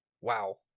Wow